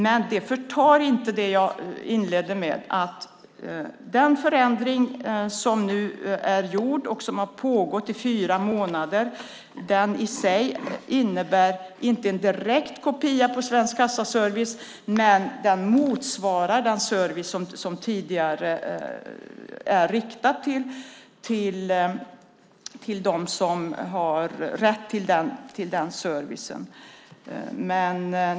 Som jag inledde med innebär inte den förändring som nu är genomförd sedan fyra månader en direkt kopia av Svensk Kassaservice, men den motsvarar den service som tidigare riktades till dem som har rätt till denna service.